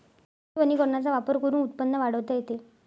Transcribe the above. कृषी वनीकरणाचा वापर करून उत्पन्न वाढवता येते